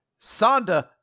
Sonda